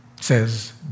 says